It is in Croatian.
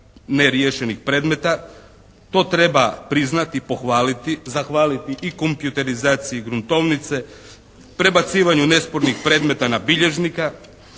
neriješenih predmeta. To treba priznati, pohvaliti, zahvaliti i kompjuterizaciji gruntovnice, prebacivanju nespornih predmeta na bilježnika